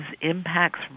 impacts